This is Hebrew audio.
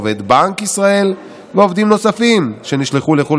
עובד בנק ישראל ועובדים נוספים שנשלחו לחו"ל